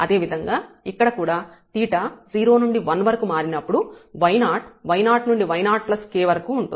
అదేవిధంగా ఇక్కడ కూడా 𝜃 0 నుండి 1 వరకు మారినప్పుడు y0 y0 నుండి y0k వరకు ఉంటుంది